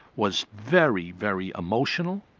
was very, very emotional,